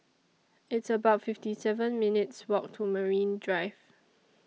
It's about fifty seven minutes' Walk to Marine Drive